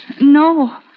No